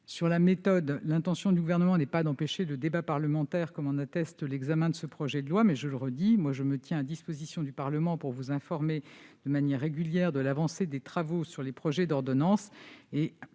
Sur la méthode, l'intention du Gouvernement n'est pas d'empêcher le débat parlementaire, comme en atteste l'examen de ce projet de loi. Je le redis, je me tiens à la disposition du Parlement pour l'informer de manière régulière de l'avancée des travaux sur les projets d'ordonnances.